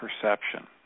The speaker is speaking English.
perception